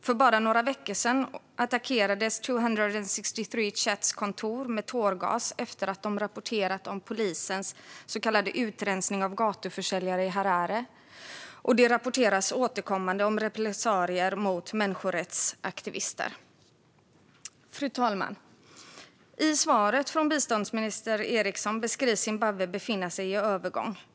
För bara några veckor sedan attackerades 263 Chats kontor med tårgas efter att de rapporterat om polisens så kallade utrensning av gatuförsäljare i Harare. Det rapporteras återkommande om repressalier mot människorättsaktivister. Fru talman! I svaret från biståndsminister Eriksson beskrivs Zimbabwe befinna sig i övergång.